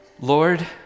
Lord